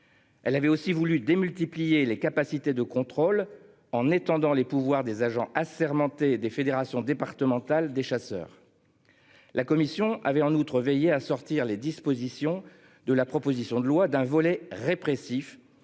Elles avaient aussi voulu démultiplier les capacités de contrôle en étendant les pouvoirs des agents assermentés des fédérations départementales des chasseurs. La Commission avait en outre veiller à sortir les dispositions de la proposition de loi d'un volet répressif.